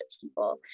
people